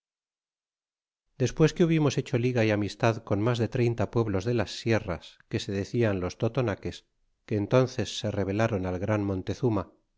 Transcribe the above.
despues que hubimos hecho liga y amistad con mas de treinta pueblos de las sierras que se decian los totonaques que entónces se rebelaron al gran montezuma